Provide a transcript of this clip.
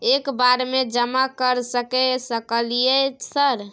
एक बार में जमा कर सके सकलियै सर?